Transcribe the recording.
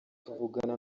tuvugana